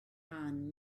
cân